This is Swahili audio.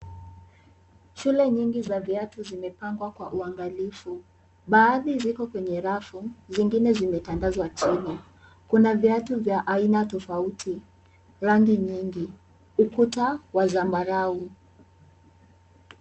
Shule nyingi za viatu zimepangwa kwa uangalifu, baadhi ziko kwenye rafu zingine zimetandazwa chini. Kuna viatu vya aina tofauti, rangi nyingi. Ukuta wa zambarau.